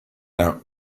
now